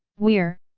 weir,